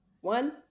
One